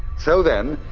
so then,